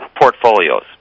portfolios